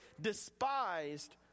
despised